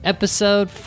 Episode